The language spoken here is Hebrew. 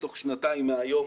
תוך שנתיים מהיום